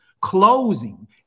closing